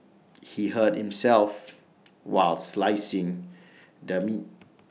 he hurt himself while slicing the meat